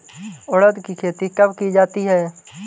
उड़द की खेती कब की जाती है?